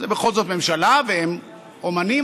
זה בכל זאת ממשלה והם אומנים,